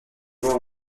voix